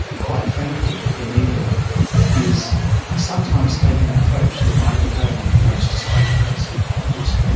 quite frankly, that the media is sometimes taking an approach that might be cutting off your nose to spite your face, to be quite honest.